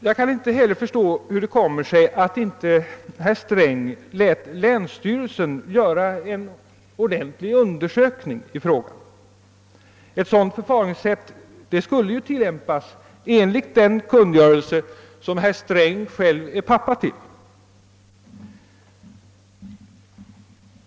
Jag kan inte heller förstå hur det kom sig att herr Sträng inte lät länsstyrelsen göra en ordentlig undersökning i frågan. Ett sådant förfaringssätt skulle ju tillämpas enligt den kungörelse som herr Sträng själv är pappa till.